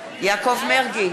יעקב מרגי,